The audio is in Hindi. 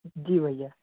जी भएईया